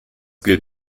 gilt